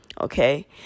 Okay